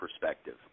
perspective